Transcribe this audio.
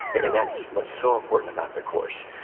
and that's what's so important about the course.